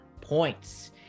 points